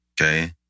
Okay